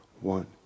One